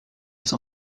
cent